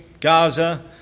Gaza